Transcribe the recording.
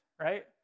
right